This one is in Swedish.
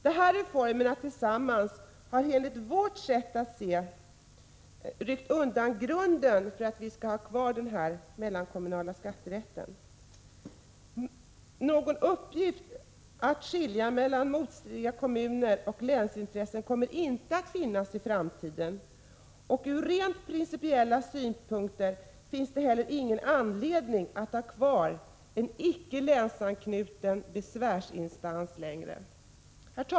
De här reformerna tillsammans har enligt vårt sätt att se ryckt undan grunden för att ha kvar den mellankommunala skatterätten. Någon uppgift att skilja mellan motstridiga kommunala intressen och länsintressen kommer inte att finnas i framtiden, och ur rent principiella synpunkter finns det heller ingen anledning att ha kvar en inte länsanknuten besvärsinstans längre.